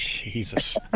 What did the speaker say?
Jesus